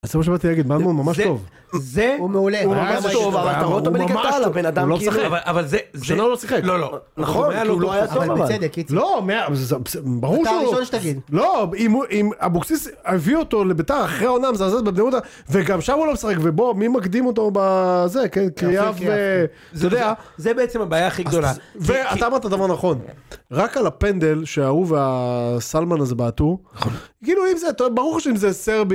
זה מה שבאתי להגיד, זה ממש טוב, זה, זה, הוא מעולה, הוא ממש טוב, הוא ממש טוב, הוא לא משחק, אבל זה, שנה הוא לא שיחק , לא לא, נכון, כי הוא לא היה טוב ממש, אבל בצדק, לא, ברור שהוא, אתה ראשון שתגיד, לא, אם אבוקסיס הביא אותו לביתר אחרי עונה מזעזעת בבני יהודה, וגם שם הוא לא משחק, ובוא מי מקדים אותו בזה, כי ליאב, אתה יודע, זה בעצם הבעיה הכי גדולה, ואתה אמרת דבר נכון, רק על הפנדל, שההוא והסלמן הזה בעטו, כאילו אם זה, ברור שאם זה...